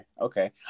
okay